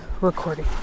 recording